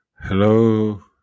hello